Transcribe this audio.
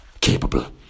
capable